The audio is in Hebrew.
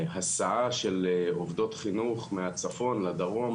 הסעה של עובדות חינוך מהצפון לדרום,